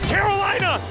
Carolina